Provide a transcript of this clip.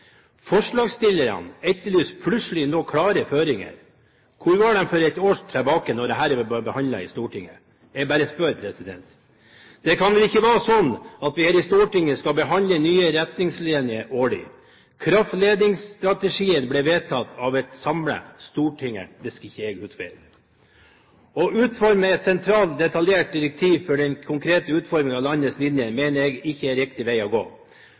Forslagsstillerne etterlyser nå plutselig klare føringer. Hvor var de for et år siden da dette ble behandlet i Stortinget? Jeg bare spør. Det kan vel ikke være sånn at vi her i Stortinget skal behandle nye retningslinjer årlig. Kraftledningsstrategien ble vedtatt av et samlet storting, hvis jeg ikke husker feil. Å utforme et sentralt detaljert direktiv for den konkrete utformingen av landets linjer mener jeg ikke er riktig vei å gå.